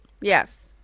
yes